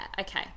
okay